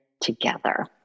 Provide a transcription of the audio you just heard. together